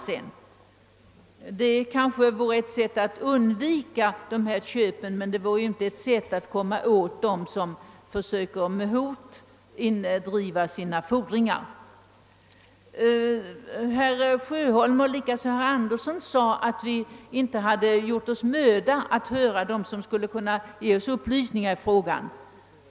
Detta vore kanske ett sätt att undvika sådana köp, men det vore inte ett sätt att komma åt dem som med hot försöker driva in sina fordringar. Herr Sjöholm och likaså herr Andersson i Örebro sade att vi i utskottet inte hade gjort oss möda att höra dem som skulle kunnat ge oss upplysningar i frågan.